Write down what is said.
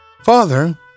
Father